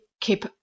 keep